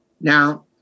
Now